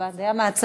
הבעת דעה מהצד.